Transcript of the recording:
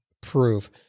proof